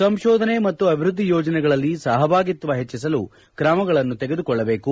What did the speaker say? ಸಂಶೋಧನೆ ಮತ್ತು ಅಭಿವೃದ್ಧಿ ಯೋಜನೆಗಳಲ್ಲಿ ಸಹಭಾಗಿತ್ವ ಹೆಚ್ಚಿಸಲು ಕ್ರಮಗಳನ್ನು ತೆಗೆದುಕೊಳ್ಳಬೇಕು